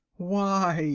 why,